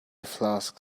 flask